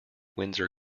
windsor